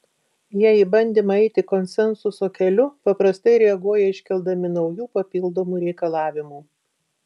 jie į bandymą eiti konsensuso keliu paprastai reaguoja iškeldami naujų papildomų reikalavimų